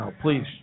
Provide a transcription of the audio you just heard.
please